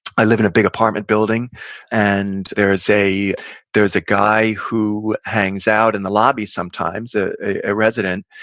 i live in a big apartment building and there's a there's a guy who hangs out in the lobby sometimes, ah a resident.